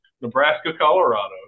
Nebraska-Colorado